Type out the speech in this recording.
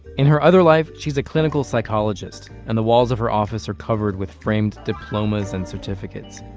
in her other life, she's a clinical psychologist, and the walls of her office are covered with framed diplomas and certificates.